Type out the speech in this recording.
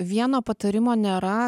vieno patarimo nėra